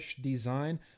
design